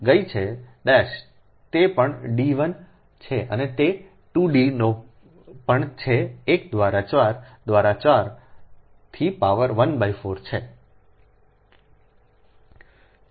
ગઈ છે તે પણ D 1 છે અને તે 2D નો પણ છે 1 દ્વારા 4 દ્વારા 4 થી પાવર 1 બાય 4 છે